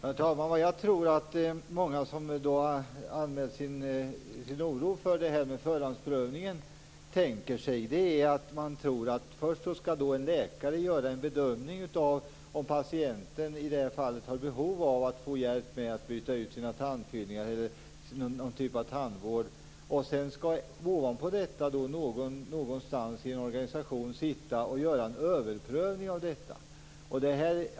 Herr talman! Jag tror att många som har anmält sin oro för det här med förhandsprövningen tänker sig att en läkare först skall göra en bedömning av om patienten i det aktuella fallet har behov av att få hjälp med att byta ut sina tandfyllningar eller med någon typ av tandvård. Sedan skall man ovanpå detta någonstans i en organisation sitta och göra en överprövning av det här.